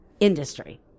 Industry